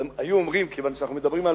כיוון שאנחנו מדברים על